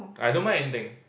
I don't mind anything